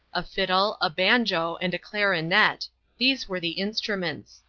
a fiddle, a banjo, and a clarinet these were the instruments.